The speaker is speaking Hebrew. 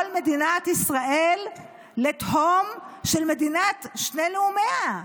מדינת ישראל לתהום של מדינת שני לאומיה.